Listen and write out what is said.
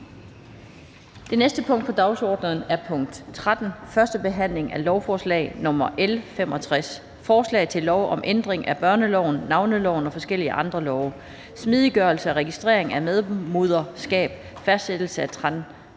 Det næste punkt på dagsordenen er: 13) 1. behandling af lovforslag nr. L 65: Forslag til lov om ændring af børneloven, navneloven og forskellige andre love. (Smidiggørelse af registrering af medmoderskab, fastsættelse af